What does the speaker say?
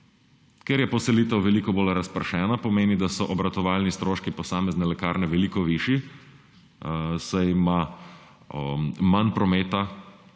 Ker je poselitev veliko bolj razpršena, pomeni, da so obratovalni stroški posamezne lekarne veliko višji, saj ima manj prometa,